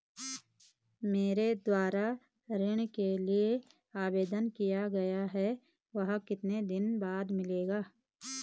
मेरे द्वारा ऋण के लिए आवेदन किया गया है वह कितने दिन बाद मिलेगा?